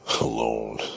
alone